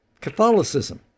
Catholicism